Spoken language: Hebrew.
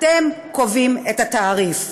אתם קובעים את התעריף.